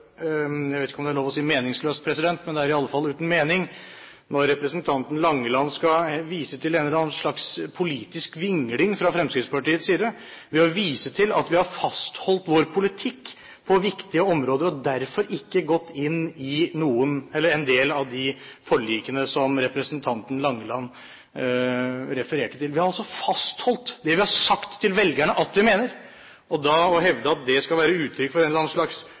lov å si meningsløst, men det er iallfall uten mening når representanten Langeland viser til en eller annen slags politisk vingling fra Fremskrittspartiets side når vi har fastholdt vår politikk på viktige områder og derfor ikke har gått inn i en del av de forlikene som representanten Langeland refererte til. Vi har altså fastholdt det vi har sagt til velgerne at vi mener, og da å hevde at det skal være uttrykk for en eller annen slags